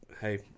hey